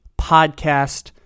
podcast